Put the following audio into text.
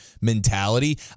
mentality